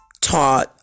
taught